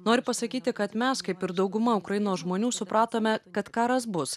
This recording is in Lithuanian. noriu pasakyti kad mes kaip ir dauguma ukrainos žmonių supratome kad karas bus